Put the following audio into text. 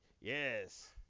yes